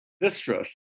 distrust